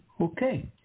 Okay